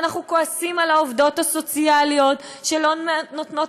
ואנחנו כועסים על העובדות הסוציאליות שלא נותנות